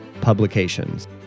publications